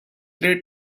ray